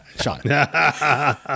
Sean